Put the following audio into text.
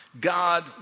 God